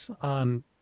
on